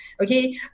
Okay